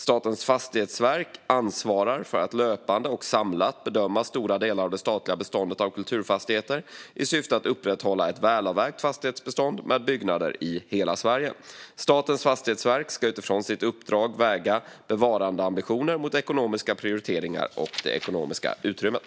Statens fastighetsverk ansvarar för att löpande och samlat bedöma stora delar av det statliga beståndet av kulturfastigheter i syfte att upprätthålla ett välavvägt fastighetsbestånd med byggnader i hela Sverige. Statens fastighetsverk ska utifrån sitt uppdrag väga bevarandeambitioner mot ekonomiska prioriteringar och det ekonomiska utrymmet.